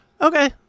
Okay